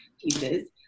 pieces